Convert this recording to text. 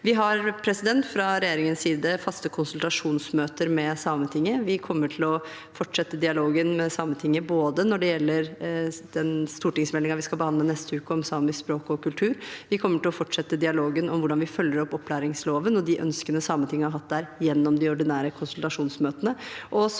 Vi har fra regjeringens side faste konsultasjonsmøter med Sametinget. Vi kommer til å fortsette dialogen med Sametinget når det gjelder den stortingsmeldingen vi skal behandle neste uke, om samisk språk og kultur. Vi kommer også til å fortsette dialogen om hvordan vi følger opp opplæringsloven og de ønskene Sametinget har hatt der, gjennom de ordinære konsultasjonsmøtene,